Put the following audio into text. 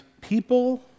people